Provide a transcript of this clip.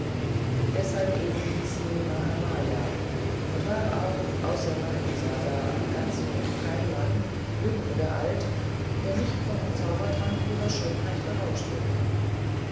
deshalb eben hieß sie mahamaya und war auch außer mahimsasa am ganzen hofe kein mann jung oder alt der nicht vom zaubertrank ihrer schönheit berauscht wäre